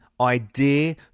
idea